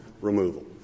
removal